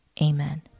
Amen